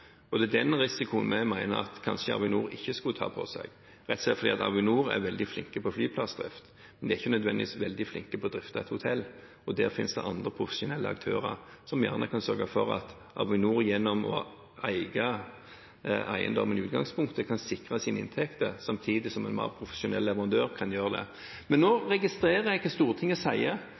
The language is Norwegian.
noe. Det er den risikoen vi mener at Avinor kanskje ikke skulle påta seg, rett og slett fordi Avinor er veldig flinke til å drifte en flyplass, men de er ikke nødvendigvis veldig flinke til å drifte et hotell. Det finnes andre profesjonelle aktører som kan sørge for at Avinor gjennom å eie eiendommene i utgangspunktet kan sikre sine inntekter, samtidig som en mer profesjonell leverandør kan gjøre det. Men jeg registrerer hva Stortinget nå sier,